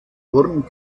wurden